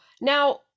now